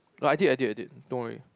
I did I did I did don't worry